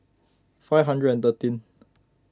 five hundred and thirteen